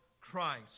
Christ